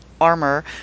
armor